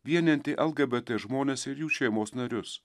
vienijanti lgbt žmones ir jų šeimos narius